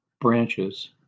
branches